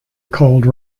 called